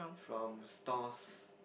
from stalls